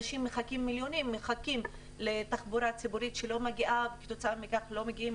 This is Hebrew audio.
מיליוני אנשים מחכים לתחבורה ציבורית שלא מגיעה וכתוצאה מכך לא מגיעים